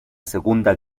segunda